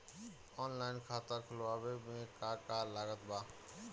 Online खाता खुलवावे मे का का लागत बा?